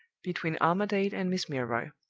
between armadale and miss milroy.